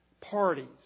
Parties